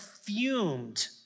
fumed